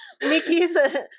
Mickey's